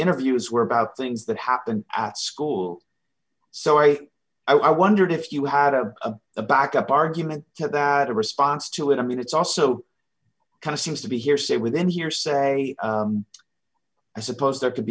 interviews were about things that happened at school so i i wondered if you had a back up argument that a response to it i mean it's also kind of seems to be hearsay within hearsay i suppose there could